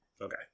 Okay